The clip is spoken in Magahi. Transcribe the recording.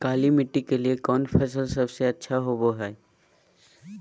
काली मिट्टी के लिए कौन फसल सब से अच्छा होबो हाय?